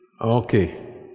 Okay